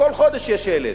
כל חודש יש ילד,